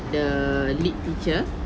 the lead teacher